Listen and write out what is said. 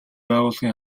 байгууллагын